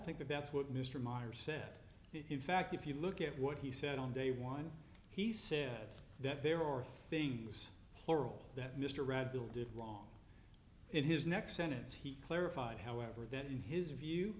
think that's what mr meyer said he fact if you look at what he said on day one he said that there are things plural that mr red bill did wrong in his next sentence he clarified however that in his view